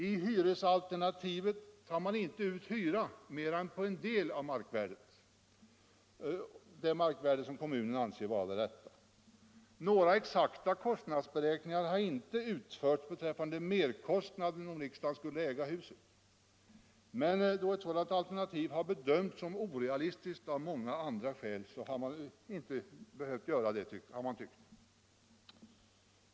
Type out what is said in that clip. I hyresalternativet tas inte ut hyra mera än på en del av det markvärde som kommunen anser vara det rätta. Några exakta kostnadsberäkningar har inte utförts beträffande merkostnaden för riksdagen, om denna skulle äga sitt hus vid Sergels torg. Då ett sådant alternativ bedömts som orealistiskt av många andra skäl, har man tyckt att man inte behövt göra några sådana beräkningar.